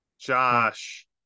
Josh